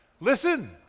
listen